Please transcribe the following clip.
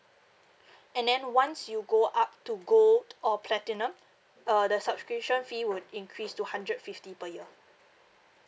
and then once you go up to gold or platinum uh the subscription fee would increase to hundred fifty per year